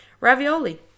Ravioli